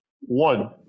One